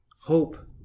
Hope